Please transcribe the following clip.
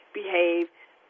behave